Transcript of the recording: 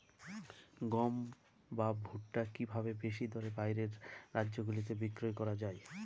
গম বা ভুট্ট কি ভাবে বেশি দরে বাইরের রাজ্যগুলিতে বিক্রয় করা য়ায়?